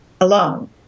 alone